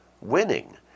winning